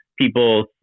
people